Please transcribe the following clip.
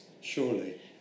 surely